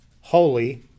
holy